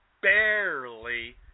barely